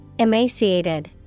Emaciated